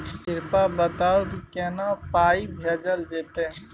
कृपया बताऊ की केना पाई भेजल जेतै?